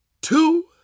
two